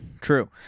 True